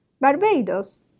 Barbados